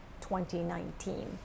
2019